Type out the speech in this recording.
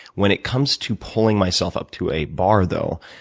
when it comes to pulling myself up to a bar, though,